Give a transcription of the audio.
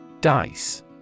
Dice